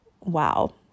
wow